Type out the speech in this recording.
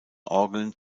orgeln